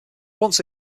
once